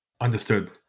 Understood